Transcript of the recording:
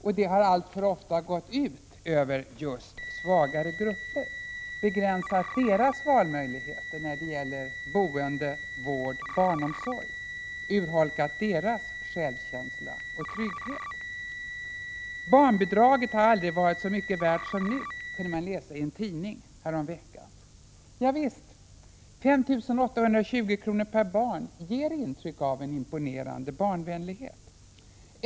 Detta har alltför ofta gått ut just över svagare grupper, begränsat deras valmöjligheter när det gäller boende, vård, barnomsorg och urholkat deras självkänsla och trygghet. Barnbidraget har aldrig varit så mycket värt som nu, kunde man läsa i en tidning häromveckan. Ja visst! 5 820 kr. per barn ger intryck av en imponerande barnvänlighet.